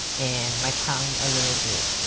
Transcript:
and my tongue a little bit.